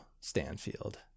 Stanfield